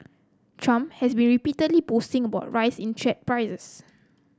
trump has been repeatedly boasting about rise in share prices